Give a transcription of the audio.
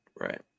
right